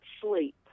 sleep